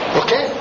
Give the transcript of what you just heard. okay